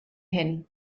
hyn